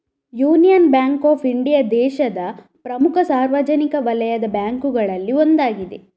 union Bank of India ದೇಶದ ಪ್ರಮುಖ ಸಾರ್ವಜನಿಕ ವಲಯದ ಬ್ಯಾಂಕುಗಳಲ್ಲಿ ಒಂದಾಗಿದೆ